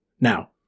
Now